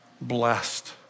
Blessed